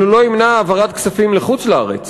אבל הוא לא ימנע העברת כספים לחוץ-לארץ.